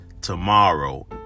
tomorrow